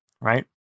right